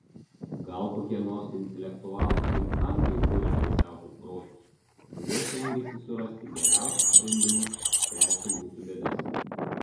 gal kokie nors intelektualūs finktankai buria šviesiausius protus kurie stengiasi surasti geriausius sprendimus spręsti mūsų bėdas